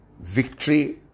Victory